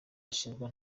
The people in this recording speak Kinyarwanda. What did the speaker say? ashinjwa